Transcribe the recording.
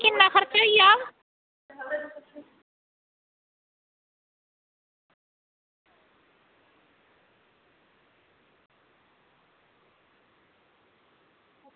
किन्ना खर्चा होई जाह्ग